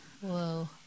Whoa